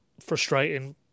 frustrating